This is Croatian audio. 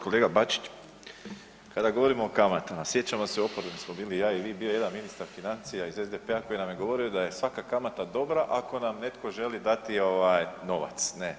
Kolega Bačić, kada govorimo o kamatama, sjećamo se oporbe kad smo bili ja i vi, bio je jedan ministar financija iz SDP-a koji nam je govorio da je svaka kamata dobra ako nam netko želi dati ovaj novac, ne.